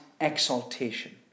exaltation